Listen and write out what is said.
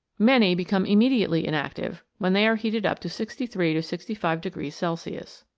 many become immediately inactive when they are heated up to sixty three to sixty five degrees celsius.